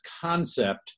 concept